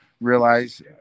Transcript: realize